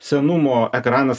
senumo ekranas